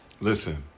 Listen